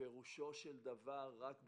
פירושו של דבר רק בכותרת,